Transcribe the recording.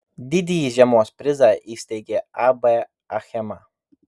didįjį žiemos prizą įsteigė ab achema